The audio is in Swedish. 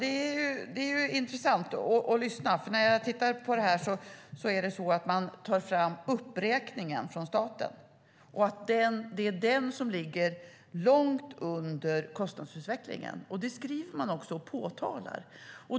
Herr talman! Det är intressant att lyssna på Anne Marie Brodén, för det som man tar fram är uppräkningen från staten. Det är den som ligger långt under kostnadsutvecklingen. Det skriver man också och påtalar.